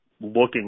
looking